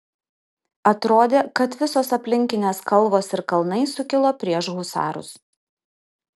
atrodė kad visos aplinkinės kalvos ir kalnai sukilo prieš husarus